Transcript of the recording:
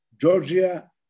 Georgia